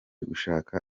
gushaka